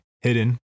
hidden